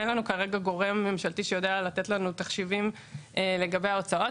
אין לנו כרגע גורם ממשלתי שיודע לתת לנו תחשיבים לגבי ההוצאות.